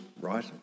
right